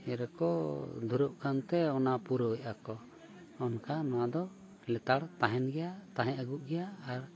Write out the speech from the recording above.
ᱨᱮᱠᱚ ᱫᱷᱩᱨᱟᱹᱜ ᱠᱟᱱᱛᱮ ᱚᱱᱟ ᱯᱩᱨᱟᱹᱣᱮᱫᱼᱟᱠᱚ ᱚᱱᱠᱟ ᱱᱚᱣᱟᱫᱚ ᱞᱮᱛᱟᱲ ᱛᱟᱦᱮᱱ ᱜᱮᱭᱟ ᱛᱟᱦᱮᱸ ᱟᱹᱜᱩᱜ ᱜᱮᱭᱟ ᱟᱨ